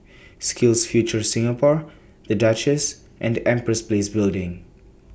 SkillsFuture Singapore The Duchess and The Empress Place Building